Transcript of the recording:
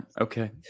Okay